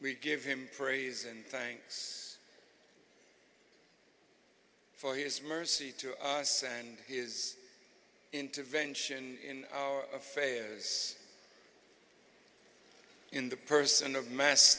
we give him praise and thanks for his mercy to us and his intervention in pharoah's in the person of mass